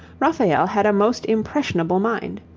raphael had a most impressionable mind.